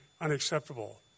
unacceptable